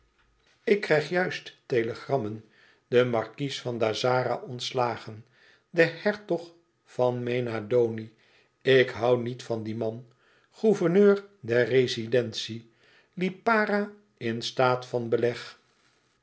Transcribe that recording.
ik krijg juist de telegrammen de markies van dazzara ontslagen de hertog van mena doni ik hoû niet van dien man gouverneur der rezidentie lipara in staat van beleg